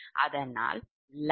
அதனால்ʎ117